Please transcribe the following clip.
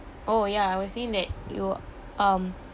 oh ya I was saying that you um